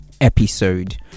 episode